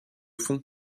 fond